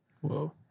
whoa